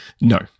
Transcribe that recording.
No